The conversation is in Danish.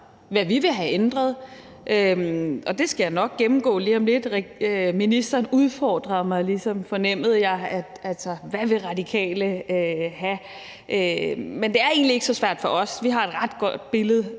hvad vi vil have ændret, og det skal jeg nok gennemgå lige om lidt. Ministeren udfordrede mig ligesom, fornemmede jeg. Altså, hvad vil Radikale have? Men det er egentlig ikke så svært for os. Vi har et ret godt billede